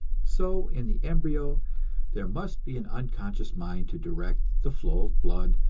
so in the embryo there must be an unconscious mind to direct the flow of blood,